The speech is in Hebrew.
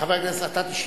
חבר הכנסת,